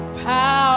power